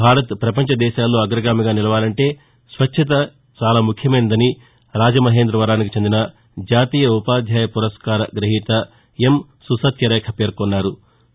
భారత్ పపంచ దేశాల్లో అగ్రగామిగా నిలవాలంటే స్వచ్చతే చాలా ముఖ్యమైనదని రాజమహేందవరానికి చెందిన జాతీయ ఉ పాధ్యాయ పురస్కార గ్రహీత ఎం